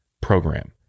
Program